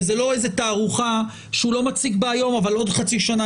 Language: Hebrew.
שזאת לא איזו תערוכה שהוא לא מציג בה היום אבל עוד חצי שנה